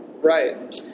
Right